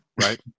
right